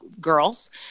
girls